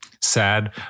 Sad